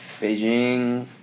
Beijing